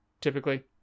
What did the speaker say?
typically